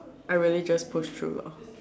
I really just push through lor